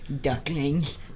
Ducklings